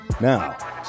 Now